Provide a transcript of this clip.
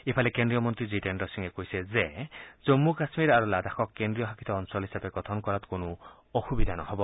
ইফালে কেন্দ্ৰীয় মন্নী জিতেন্দ্ৰ সিঙে কৈছে যে জম্মু কাশ্মীৰ আৰু লাডাখক কেন্দ্ৰীয় শাসিত অঞ্চল হিচাপে গঠন কৰাত কোনো অসুবিধা নহব